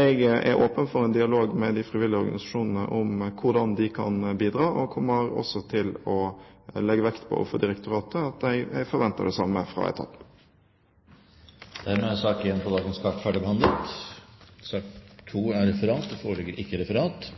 Jeg er åpen for en dialog med de frivillige organisasjonene om hvordan de kan bidra, og kommer også til å legge vekt på overfor direktoratet at jeg forventer det samme fra etaten. Dermed er sak nr. 1 på dagens kart ferdigbehandlet. Det foreligger ikke noe referat.